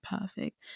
perfect